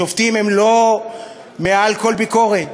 שופטים הם לא מעל כל ביקורת.